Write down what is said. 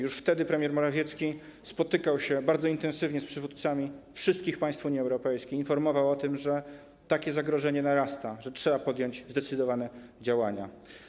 Już wtedy premier Morawiecki spotykał się bardzo intensywnie z przywódcami wszystkich państw Unii Europejskiej, informował o tym, że takie zagrożenie narasta, że trzeba podjąć zdecydowane działania.